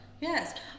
Yes